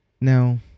now